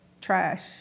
trash